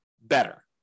better